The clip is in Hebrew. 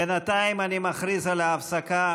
בינתיים אני מכריז על הפסקה